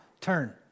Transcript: Turn